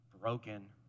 broken